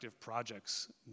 projects